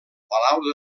palau